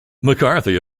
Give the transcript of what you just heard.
mccarthy